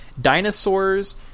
dinosaurs